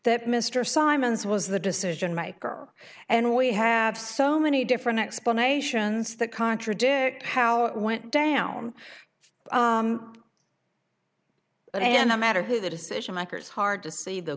that mr simons was the decision maker and we have so many different explanations that contradict how it went down and no matter who the decision makers hard to see the